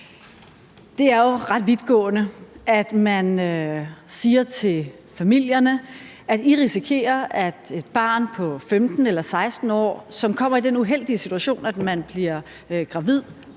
Det er jo ret vidtgående, at man siger til familierne, at de risikerer, at et barn på 15 eller 16 år, som kommer i den uheldige situation at blive gravid